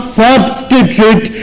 substitute